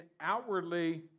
outwardly